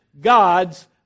God's